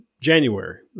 January